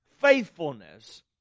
faithfulness